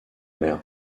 mer